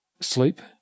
sleep